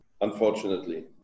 unfortunately